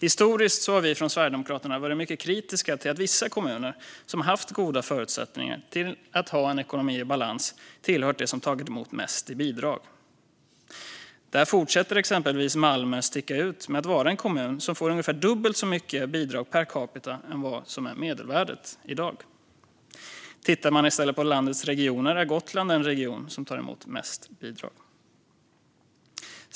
Historiskt har vi från Sverigedemokraterna varit mycket kritiska till att vissa kommuner som haft goda förutsättningar att ha en ekonomi i balans tillhört dem som tagit emot mest i bidrag. Där fortsätter exempelvis Malmö att sticka ut genom att vara en kommun som får ungefär dubbelt så mycket i bidrag per capita som vad som i dag är medelvärdet. Bland landets regioner är Gotland den som tar emot mest bidrag.